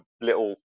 little